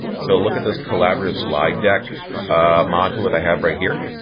so look at this collaborative slide deck module that i have right here.